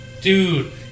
dude